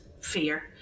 fear